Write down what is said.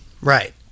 right